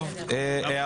מי